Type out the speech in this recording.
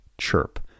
CHIRP